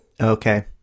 Okay